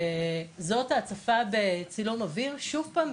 זאת ההצפה בצילום אוויר ושוב פעם,